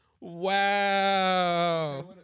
Wow